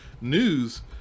news